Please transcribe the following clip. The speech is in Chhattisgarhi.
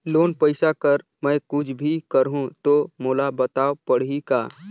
लोन पइसा कर मै कुछ भी करहु तो मोला बताव पड़ही का?